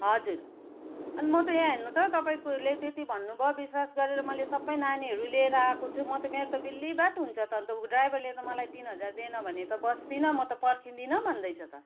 हजुर अनि म त यहाँ हेर्नु त तपाईँकोले त्यति भन्नु भयो विश्वास गरेर मैले सबै नानीहरु लिएर आएको छु म त मेरो त बिल्लीबाठ हुन्छ त अन्त उ ड्राइभरले त मलाई तिन हजार दिएन भने त बस्दिनँ म त पर्खिदिनँ भन्दैछ त